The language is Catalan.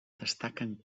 destaquen